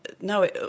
no